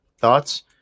thoughts